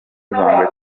ibanga